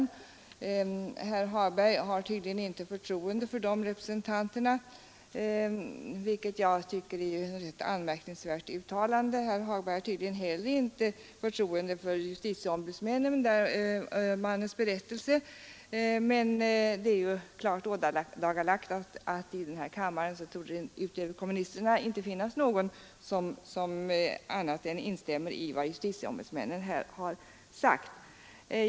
Herr Hagberg har tydligen inte förtroende för dessa representanter, vilket jag tycker är ett anmärkningsvärt uttalande. Herr Hagberg har tydligen inte heller förtroende för justitieombudsmännen, men det är klart ådagalagt att det i denna kammare utom bland kommunisterna inte finns någon som inte helt instämmer i vad justitieombudsmännen här har anfört.